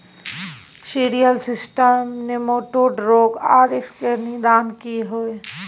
Cereal system nematode रोग आर इसके निदान की हय?